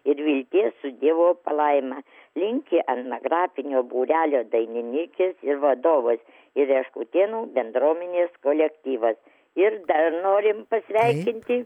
ir vilties su dievo palaima linki etnografinio būrelio dainininkės vadovas ir rieškutėnų bendruomenės kolektyvas ir dar norim pasveikinti